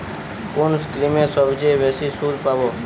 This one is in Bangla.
কোন স্কিমে সবচেয়ে বেশি সুদ পাব?